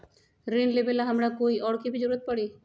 ऋन लेबेला हमरा कोई और के भी जरूरत परी?